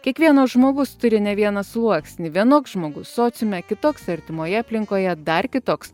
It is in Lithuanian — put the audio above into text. kiekvienas žmogus turi ne vieną sluoksnį vienoks žmogus sociume kitoks artimoje aplinkoje dar kitoks